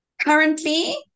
currently